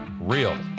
Real